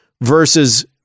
versus